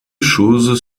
choses